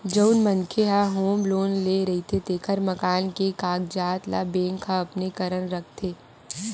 जउन मनखे ह होम लोन ले रहिथे तेखर मकान के कागजात ल बेंक ह अपने करन राखथे